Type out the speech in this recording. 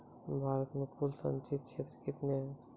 भारत मे कुल संचित क्षेत्र कितने हैं?